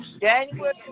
January